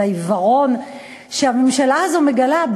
על העיוורון שהממשלה הזו מגלה.